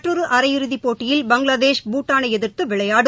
மற்றொரு அரை இறுதிப் போட்டியில் பங்களாதேஷ் பூட்டானை எதிர்த்து விளையாடும்